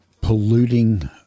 polluting